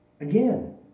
Again